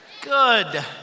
Good